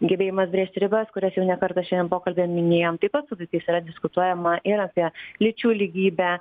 gebėjimas brėžti ribas kurias jau ne kartą šiandien pokalbyje minėjom taip pat su vaikasi yra diskutuojama ir apie lyčių lygybę